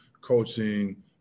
coaching